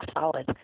solid